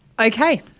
Okay